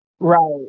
Right